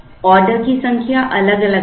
order की संख्या अलग अलग होगी